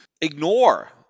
ignore